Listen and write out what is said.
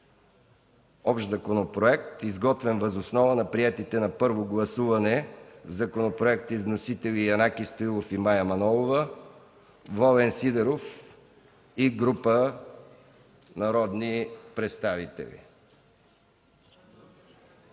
общ законопроект, изготвен въз основата на приетите на първо гласуване законопроекти с вносители Янаки Стоилов и Мая Манолова, Волен Сидеров и група народни представители.